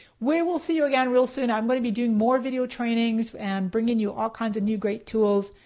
we will see you again real soon, i'm going to be doing more video trainings and bringing you all kinds of new great tools.